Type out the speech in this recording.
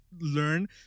learn